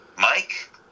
Mike